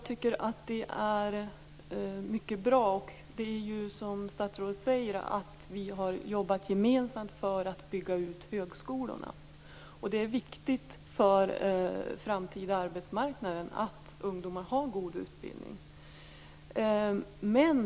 Fru talman! Som statsrådet säger har vi arbetat gemensamt för att bygga ut högskolorna, och det är bra. Det är viktigt för den framtida arbetsmarknaden att ungdomar har god utbildning.